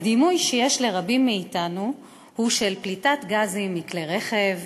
הדימוי שיש לרבים מאתנו הוא של פליטת גזים מכלי רכב,